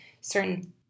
certain